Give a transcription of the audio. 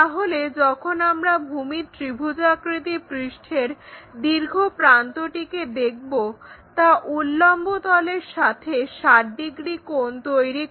তাহলে যখন আমরা ভূমির ত্রিভুজাকৃতি পৃষ্ঠের দীর্ঘ প্রান্তটিকে দেখব তা উল্লম্ব তলের সাথে 60 ডিগ্রি কোণ তৈরি করে